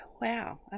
Wow